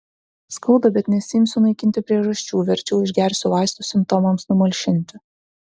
skauda bet nesiimsiu naikinti priežasčių verčiau išgersiu vaistų simptomams numalšinti